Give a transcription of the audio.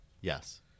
Yes